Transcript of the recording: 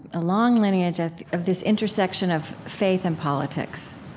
a long lineage of of this intersection of faith and politics